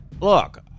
Look